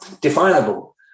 definable